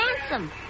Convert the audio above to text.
handsome